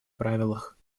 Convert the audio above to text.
правилах